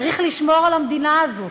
צריך לשמור על המדינה הזאת.